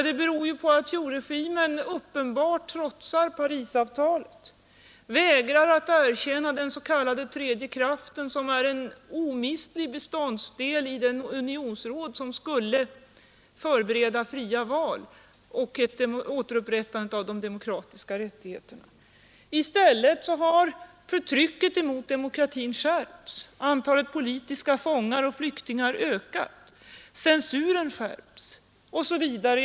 Det beror ju på att Thieuregimen uppenbart trotsar Parisavtalet, vägrar att erkänna den s.k. tredje kraften, som är en omistlig beståndsdel i det unionsråd som skulle förbereda fria val och återupprättandet av de demokratiska rättigheterna. I stället har förtrycket mot demokratin skärpts, antalet politiska fångar och flyktingar ökat, censuren skärpts osv.